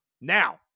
Now